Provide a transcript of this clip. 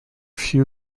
few